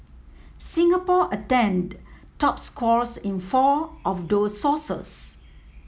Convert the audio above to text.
Singapore attained top scores in four of those sources